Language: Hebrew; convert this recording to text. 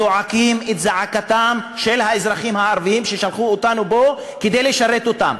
זועקים את זעקתם של האזרחים הערבים ששלחו אותנו לפה כדי לשרת אותם.